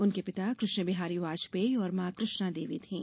उनके पिता कृष्ण बिहारी वाजपेयी और मां कृष्णा देवी थीं